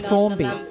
Formby